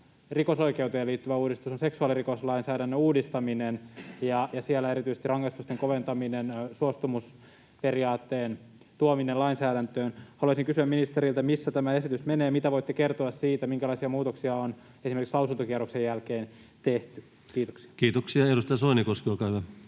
rikosoikeuteen liittyvä uudistus on seksuaalirikoslainsäädännön uudistaminen ja siellä erityisesti rangaistusten koventaminen, suostumusperiaatteen tuominen lainsäädäntöön. Haluaisin kysyä ministeriltä, missä tämä esitys menee ja mitä voitte kertoa siitä, minkälaisia muutoksia on esimerkiksi lausuntokierroksen jälkeen tehty? — Kiitoksia. Kiitoksia. — Edustaja Soinikoski, olkaa hyvä.